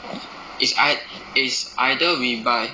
it's it's either we buy